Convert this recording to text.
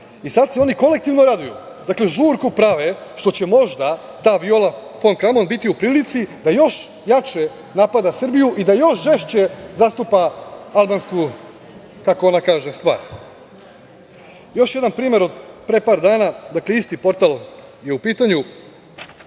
I sada se oni kolektivno raduju, dakle, žurku prave što će možda ta Viola fon Kramon biti u prilici da još jače napada Srbiju i da još žešće zastupa albansku, kako ona kaže, stvar. Još jedan primer od pre par dana, dakle, isti portal je u pitanju,